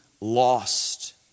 lost